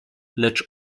lecz